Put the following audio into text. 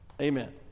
Amen